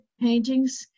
paintings